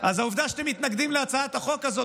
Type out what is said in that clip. אז העובדה שאתם מתנגדים להצעת החוק הזאת